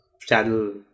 channel